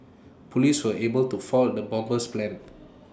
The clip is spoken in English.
Police were able to foil the bomber's plans